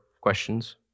questions